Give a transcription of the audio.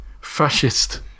fascist